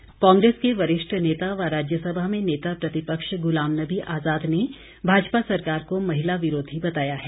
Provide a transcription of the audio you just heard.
आजाद कांग्रेस के वरिष्ठ नेता व राज्यसभा में नेता प्रतिपक्ष गुलाम नबी आजाद ने भाजपा सरकार को महिला विरोधी बताया है